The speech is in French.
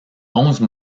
onze